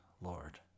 Lord